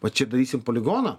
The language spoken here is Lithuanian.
va čia darysim poligoną